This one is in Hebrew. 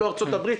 לא ארצות הברית,